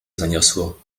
zaniosło